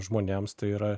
žmonėms tai yra